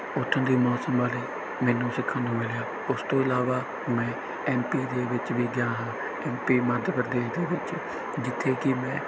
ਉੱਥੋਂ ਦੇ ਮੌਸਮ ਬਾਰੇ ਮੈਨੂੰ ਸਿੱਖਣ ਨੂੰ ਮਿਲਿਆ ਉਸ ਤੋਂ ਇਲਾਵਾ ਮੈਂ ਐਮ ਪੀ ਦੇ ਵਿੱਚ ਵੀ ਗਿਆ ਹਾਂ ਐਮ ਪੀ ਮੱਧ ਪ੍ਰਦੇਸ਼ ਦੇ ਵਿੱਚ ਜਿੱਥੇ ਕਿ ਮੈਂ